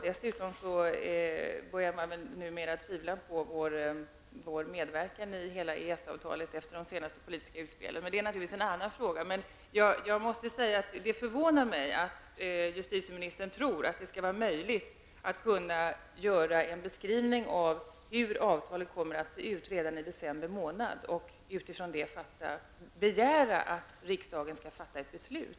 Dessutom börjar man numera tvivla på vår medverkan i hela EES avtalet efter de senaste politiska utspelen. Det är naturligtvis en annan fråga, men jag måste säga att det förvånar mig att justitieministern tror att det skall vara möjligt att redan i december månad göra en beskrivning av hur avtalet kommer att se ut och utifrån det begära att riksdagen skall fatta ett beslut.